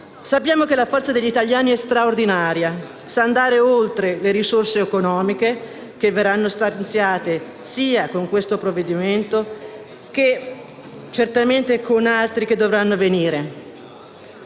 Sappiamo che la forza degli italiani è straordinaria e sa andare oltre alle risorse economiche che verranno stanziate sia con questo provvedimento sia con altri che dovranno venire.